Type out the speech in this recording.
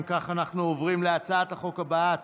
אנחנו עוברים להצעת החוק הבאה,